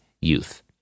youth